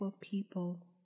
people